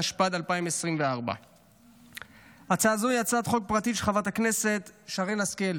התשפ"ד 2024. הצעה זו היא הצעת חוק פרטית של חברת הכנסת שרן השכל,